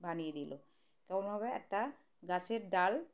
বানিয়ে দিল কেমনভাবে একটা গাছের ডাল